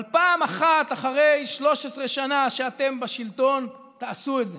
אבל פעם אחת אחרי 13 שנה שאתם בשלטון תעשו את זה.